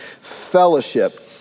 Fellowship